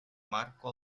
marco